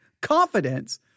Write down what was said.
confidence